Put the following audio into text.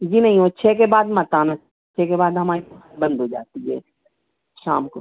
जी नहीं वह छः के बाद मत आना छः के बाद हमारी दुकान बंद हो जाती है शाम को